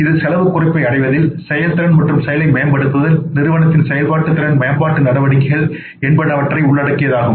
இது செலவுக் குறைப்பை அடைவதில் செயல்திறன் மற்றும் செயலை மேம்படுத்துதல் நிறுவனத்தின் செயல்பாட்டு செயல்திறன் மேம்பாட்டு நடவடிக்கைகள் என்பனவற்றை உள்ளடக்கியதாகும்